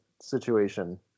situation